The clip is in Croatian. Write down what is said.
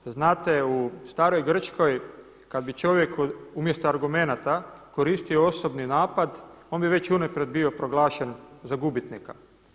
Znate u staroj Grčkoj kad bi čovjek umjesto argumenata koristio osobni napad on bi već unaprijed bio proglašen za gubitnika.